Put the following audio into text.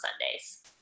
Sundays